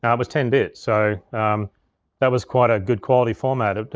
um was ten bit so that was quite a good quality format. ah